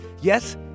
Yes